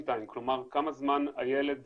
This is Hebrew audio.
כמה זמן הילד